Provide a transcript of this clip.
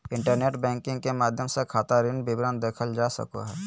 internet banking के माध्यम से खाता ऋण विवरण देखल जा सको हइ